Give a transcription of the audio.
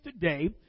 today